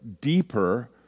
deeper